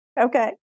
okay